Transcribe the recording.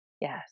yes